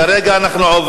פנים, איזה חינוך?